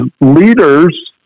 leaders